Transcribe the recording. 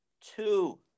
two